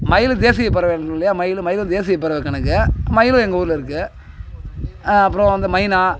மயில் தேசியப்பறவை இல்லையா மயிலு மயிலும் தேசியப்பறவை கணக்கு மயிலும் எங்கள் ஊரில் இருக்குது அப்புறம் வந்து மைனா